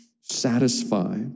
satisfy